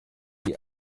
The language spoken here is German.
die